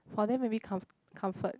for them maybe com~ comfort